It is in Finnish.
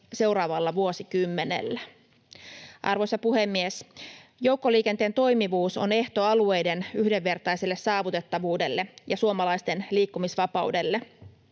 seuraavalla vuosikymmenellä. Arvoisa puhemies! Joukkoliikenteen toimivuus on ehto alueiden yhdenvertaiselle saavutettavuudelle ja suomalaisten liikkumisvapaudelle.